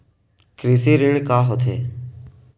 कृषि ऋण का होथे?